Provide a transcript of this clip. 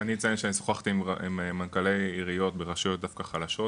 אני אציין שאני שוחחתי עם מנכ"לי עיריות ברשויות דווקא חלשות,